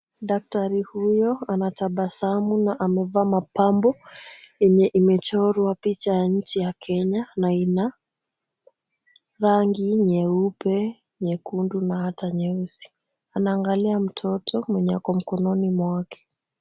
Daktari huyo anatabasamu na amevaa mapambo yenye imechorwa picha ya nchi ya Kenya na ina rangi nyeupe, nyekundu na hata nyeusi. Anaangalia mtoto mwenye ako mkononi mwake.